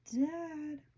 dad